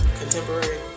contemporary